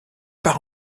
part